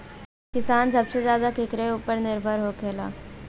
किसान सबसे ज्यादा केकरा ऊपर निर्भर होखेला?